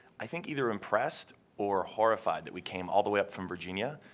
i think, either impressed or horrified that we came all the way up from virginia,